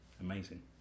Amazing